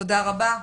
תודה רבה.